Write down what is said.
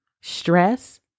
stress